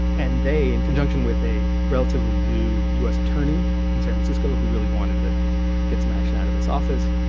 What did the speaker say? and they, in conjunction with a relatively new us attorney in san francisco who really wanted to get some action out of this office,